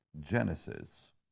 Genesis